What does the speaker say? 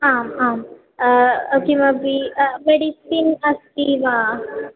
आम् आम् किमपि मेडिसिन् अस्ति वा